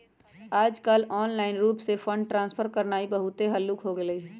याजकाल ऑनलाइन रूप से फंड ट्रांसफर करनाइ बहुते हल्लुक् हो गेलइ ह